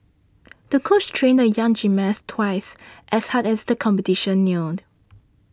the coach trained the young gymnast twice as hard as the competition neared